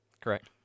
Correct